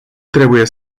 trebuie